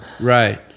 Right